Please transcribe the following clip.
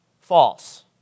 false